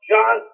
John